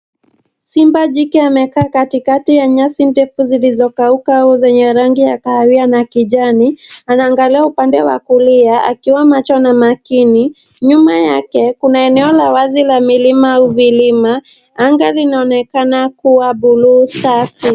Simba jike amekaa katikati ya nyasi ndefu zilizokauka au zenye rangi ya kahawia na kijani, anaangalia upande wa kulia, akiwa macho na makini. Nyumba yake kuna eneo la wazi la milima vilima, anga linaonekana kuwa buluu safi.